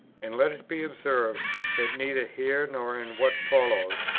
and let it be observed that, neither here nor in what follows,